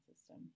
system